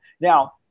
Now